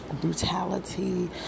brutality